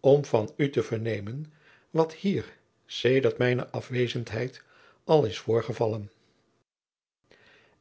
om van u te vernemen wat hier sedert mijne afwezendheid al is voorgevallen